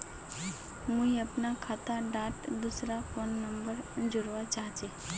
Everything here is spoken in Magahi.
मुई अपना खाता डात दूसरा फोन नंबर जोड़वा चाहची?